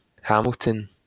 Hamilton